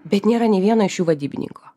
bet nėra nei vieno iš jų vadybininko